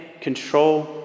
control